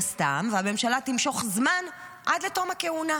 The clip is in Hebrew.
והממשלה תמשוך זמן עד לתום הכהונה.